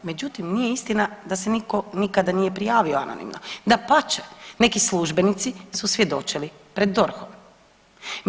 Međutim, nije istina da se niko nikada nije prijavo anonimno, dapače, neki službenicu su svjedočili pred DORH-om.